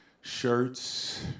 shirts